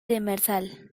demersal